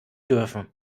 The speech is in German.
dürfen